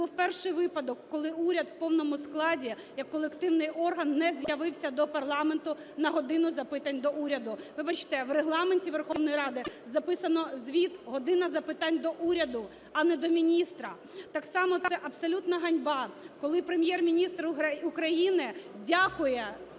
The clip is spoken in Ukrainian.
був перший випадок, коли уряд в повному складі як колективний орган не з'явився до парламенту на "годину запитань до Уряду". Вибачте, в Регламенті Верховної Ради записано звіт – "година запитань до Уряду", а не до міністра. Так само це абсолютна ганьба, коли Прем’єр-міністр України дякує